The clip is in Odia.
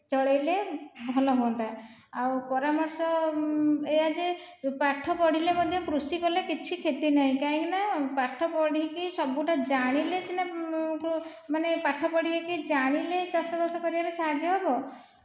ଚଳାଇଲେ ଭଲ ହୁଅନ୍ତା ଆଉ ପରାମର୍ଶ ଏହା ଯେ ପାଠ ପଢ଼ିଲେ ମଧ୍ୟ କୃଷି କଲେ କିଛି କ୍ଷତି ନାହିଁ କାହିଁକିନା ପାଠ ପଢ଼ିକି ସବୁଟା ଜାଣିଲେ ସିନା ମାନେ ପାଠ ପଢ଼ିକି ଜାଣିଲେ ଚାଷବାସ କରିବାରେ ସାହାଯ୍ୟ ହେବ